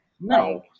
No